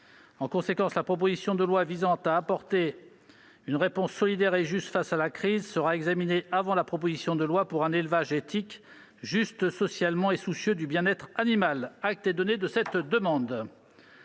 En conséquence, la proposition de loi d'urgence visant à apporter une réponse solidaire et juste face à la crise sera examinée avant la proposition de loi pour un élevage éthique, juste socialement et soucieux du bien-être animal. Acte est donné de cette demande.